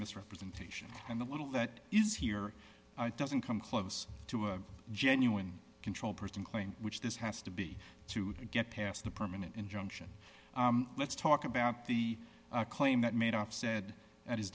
misrepresentation and the little that is here doesn't come close to a genuine control person claim which this has to be to get past the permanent injunction let's talk about the claim that made off said that his